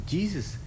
Jesus